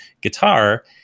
guitar